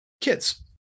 kids